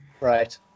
right